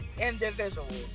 individuals